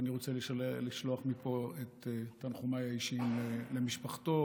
ואני רוצה לשלוח מפה את תנחומיי האישיים למשפחתו,